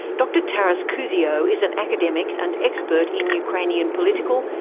dr taras kuzio is an academic and expert in ukrainian political,